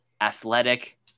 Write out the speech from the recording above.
Athletic